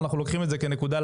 לא צריך להרחיב בנושא.